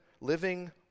living